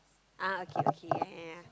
ah okay okay yeah yeah